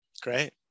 great